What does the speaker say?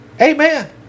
Amen